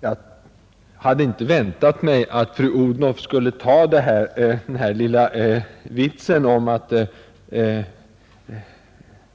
Jag hade inte väntat mig att fru Odhnoff skulle ta den här lilla vitsen, om att